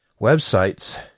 websites